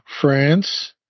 France